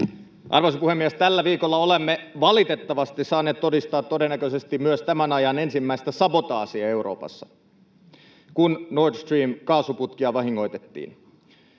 Arvoisa puhemies! Tällä viikolla olemme valitettavasti saaneet todistaa todennäköisesti myös tämän ajan ensimmäistä sabotaasia Euroopassa, kun Nord Stream ‑kaasuputkia vahingoitettiin.